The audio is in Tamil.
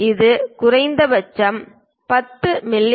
இது குறைந்தபட்சம் 10 மி